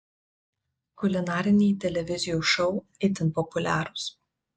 kulinariniai televizijų šou itin populiarūs